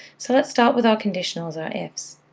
so let's start with our conditionals, our ifs.